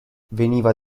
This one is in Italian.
veniva